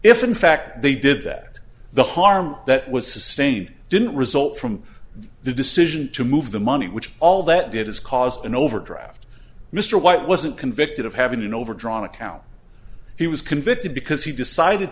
if in fact they did that the harm that was sustained didn't result from the decision to move the money which all that did is cause an overdraft mr white wasn't convicted of having an overdrawn account he was convicted because he decided